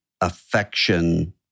affection